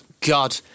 God